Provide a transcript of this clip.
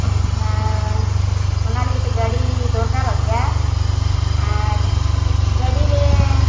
ᱮᱱᱠᱷᱟᱱ ᱚᱱᱟ ᱞᱟᱹᱜᱤᱫ ᱛᱮ ᱜᱟᱹᱰᱤ ᱫᱚᱨᱠᱟᱨᱚᱜ ᱜᱮᱭᱟ ᱟᱨ ᱜᱟᱹᱰᱤᱨᱮ